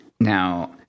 Now